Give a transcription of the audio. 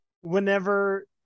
whenever